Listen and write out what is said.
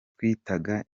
twitaga